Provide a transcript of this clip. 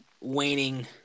waning